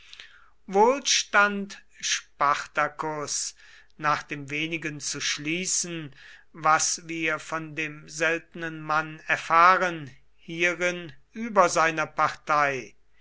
stand spartacus nach dem wenigen zu schließen was wir von dem seltenen mann erfahren hierin über seiner partei